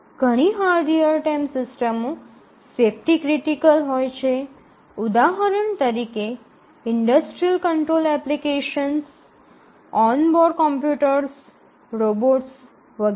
ઘણી hard real time સિસ્ટમો safety critical હોય છે ઉદાહરણ તરીકે ઇંડસ્ટ્રિયલ કંટ્રોલ એપ્લિકેશનો ઓન બોર્ડ કોમ્પ્યુટર્સ રોબોટ્સ વગેરે